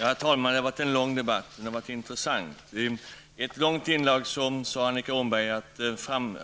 Herr talman! Det har varit en lång och intressant debatt. I ett långt inlägg sade Annika Åhnberg att